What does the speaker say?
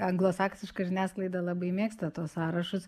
anglosaksiška žiniasklaida labai mėgsta tuos sąrašus